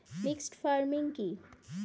Mixed farming কি?